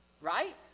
right